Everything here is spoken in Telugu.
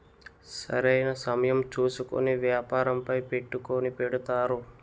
సరైన సమయం చూసుకొని వ్యాపారంపై పెట్టుకుని పెడతారు